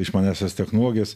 išmaniąsias technologijas